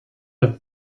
have